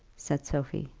said sophie.